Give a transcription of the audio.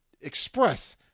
express